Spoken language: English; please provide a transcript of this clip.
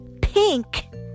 pink